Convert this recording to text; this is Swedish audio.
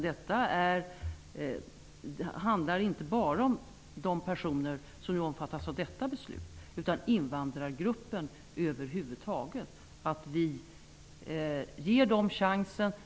Detta handlar inte bara om de personer som omfattas av detta beslut utan om invandrargruppen över huvud taget -- vi måste ge dem en chans.